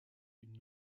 une